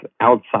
outside